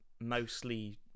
mostly